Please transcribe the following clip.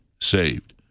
saved